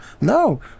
No